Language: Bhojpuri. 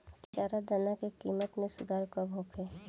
चारा दाना के किमत में सुधार कब होखे?